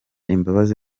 imbabazi